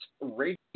Radio